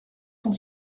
cent